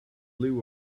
blue